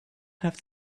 have